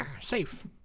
safe